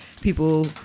people